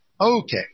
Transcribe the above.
okay